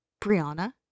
Brianna